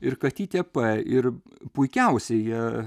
ir katytė p ir puikiausiai jie